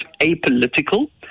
apolitical